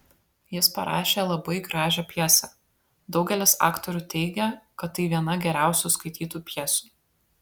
jis parašė labai gražią pjesę daugelis aktorių teigia kad tai viena geriausių skaitytų pjesių